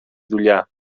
δουλειά